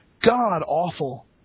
god-awful